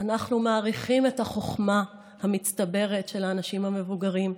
אנחנו מעריכים את החוכמה המצטברת של האנשים המבוגרים,